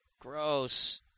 Gross